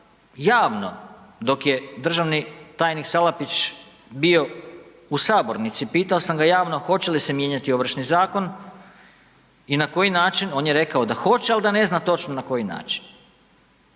javno dok je državni tajnik Salapić bio u sabornici, pitao sam ga javno hoće li se mijenjati Ovršni zakon i na koji način, on je rekao da hoće, ali da ne zna točno na koji način.